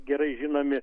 gerai žinomi